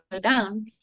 down